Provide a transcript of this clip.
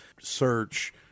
search